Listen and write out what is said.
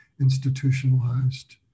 institutionalized